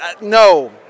no